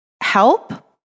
help